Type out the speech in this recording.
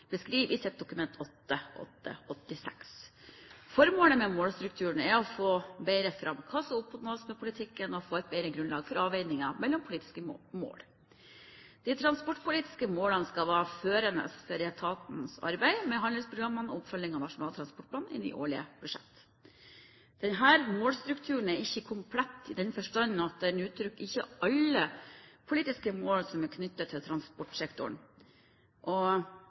beskriver i sitt Dokument 8:86 S for 2009–2010. Formålet med målstrukturen er å få bedre fram hva som oppnås med politikken, og få et bedre grunnlag for avveininger mellom politiske mål. De transportpolitiske målene skal være førende for etatens arbeid med handlingsprogrammene og oppfølgingen av Nasjonal transportplan i de årlige budsjettene. Denne målstrukturen er ikke komplett i den forstand at den uttrykker alle politiske mål knyttet til transportsektoren.